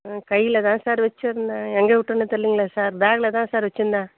என் கையில்தான் சார் வெச்சுருந்தேன் எங்கே விட்டேன்னு தெரிலிங்களே சார் பேக்கில்தான் சார் வெச்சுருந்தேன்